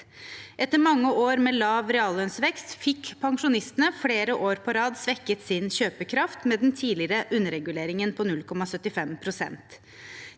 Etter mange år med lav reallønnsvekst fikk pensjonistene flere år på rad svekket sin kjøpekraft med den tidligere underreguleringen på 0,75 pst.